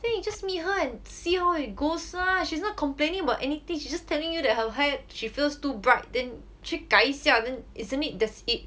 then you just meet her and see how it goes lah she's not complaining about anything she's just telling you that her hair she feels too bright then 去改一下 then isn't it that's it